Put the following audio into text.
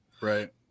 Right